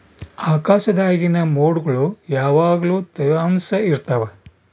ಆಕಾಶ್ದಾಗಿನ ಮೊಡ್ಗುಳು ಯಾವಗ್ಲು ತ್ಯವಾಂಶ ಇರ್ತವ